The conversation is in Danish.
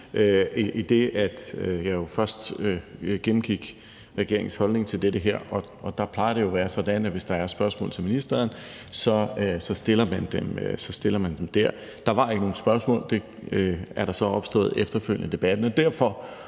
idet jeg jo først gennemgik regeringens holdning til dette her, og der plejer det jo at være sådan, at hvis der er spørgsmål til ministeren, stiller man dem der. Der var ikke nogen spørgsmål, og det er der så opstået efterfølgende i debatten.